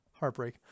Heartbreak